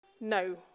No